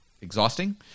exhausting